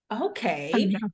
Okay